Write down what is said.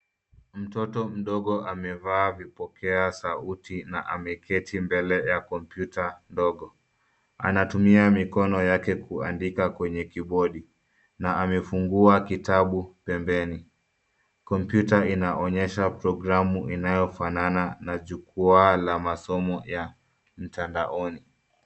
Mtoto mdogo amevaa vipokea sauti na ameketi mbele ya kompyuta ndogo. Anatumia mikono yake kuandika kwenye kibodi na amefungua kitabu pembeni. Kompyuta inaonyesha programu inayofanana na jukwaa la masomo ya mtandaoni.